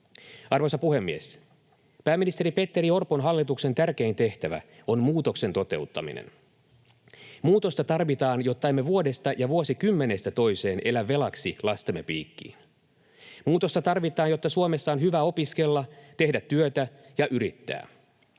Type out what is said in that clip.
Arvoisa puhemies! Pääministeri Petteri Orpon hallituksen tärkein tehtävä on muutoksen toteuttaminen. Muutosta tarvitaan, jotta emme vuodesta ja vuosikymmenestä toiseen elä velaksi lastemme piikkiin. Muutosta tarvitaan, jotta Suomessa on hyvä opiskella, tehdä työtä ja yrittää.